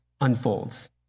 unfolds